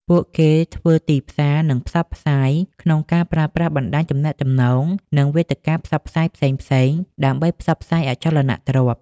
ពួកគេធ្វើទីផ្សារនិងផ្សព្វផ្សាយ ក្នុងការប្រើប្រាស់បណ្តាញទំនាក់ទំនង និងវេទិកាផ្សព្វផ្សាយផ្សេងៗដើម្បីផ្សព្វផ្សាយអចលនទ្រព្យ។